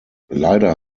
leider